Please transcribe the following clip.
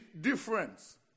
difference